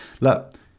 look